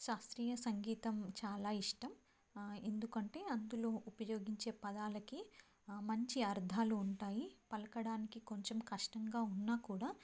శాస్త్రీయ సంగీతం చాలా ఇష్టం ఎందుకంటే అందులో ఉపయోగించే పదాలకి మంచి అర్థాలు ఉంటాయి పలకడానికి కొంచెం కష్టంగా ఉన్నా కూడా